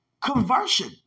conversion